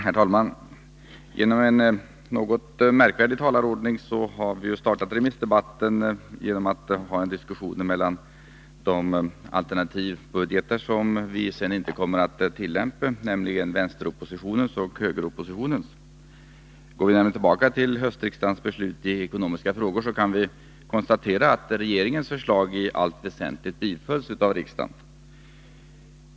Herr talman! På grund av den något märkvärdiga talarordningen har vi startat remissdebatten med en diskussion mellan de alternativbudgetar som vi sedan inte kommer att tillämpa, nämligen vänsteroppositionens och högeroppositionens. Går vi tillbaka till riksdagens beslut i höstas i ekonomiska frågor, kan vi konstatera att regeringens förslag i allt väsentligt bifölls av riksdagen.